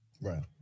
right